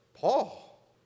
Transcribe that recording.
Paul